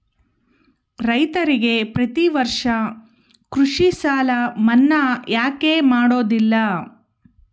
ರೈತರಿಗೆ ಪ್ರತಿ ವರ್ಷ ಕೃಷಿ ಸಾಲ ಮನ್ನಾ ಯಾಕೆ ಮಾಡೋದಿಲ್ಲ?